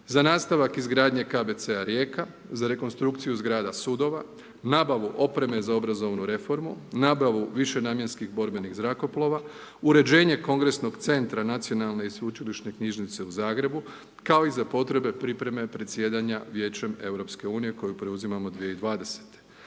za nastavak izgradnje KBC-a Rijeka, za rekonstrukciju zgrada sudova, nabavu opreme za obrazovnu reformu, nabavu višenamjenskih borbenih zrakoplova, uređenje kongresnog centra Nacionalne i sveučilišne knjižnice u Zagrebu kao i za potrebe pripreme predsjedanja Vijećem Europske unije koju preuzimamo 2020.